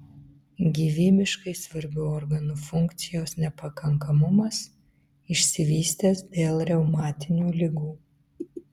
gyvybiškai svarbių organų funkcijos nepakankamumas išsivystęs dėl reumatinių ligų